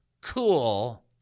cool